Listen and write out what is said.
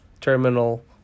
terminal